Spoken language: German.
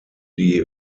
die